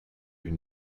une